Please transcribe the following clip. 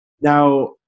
Now